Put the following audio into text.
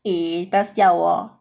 eh best 掉我